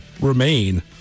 remain